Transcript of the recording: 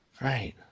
right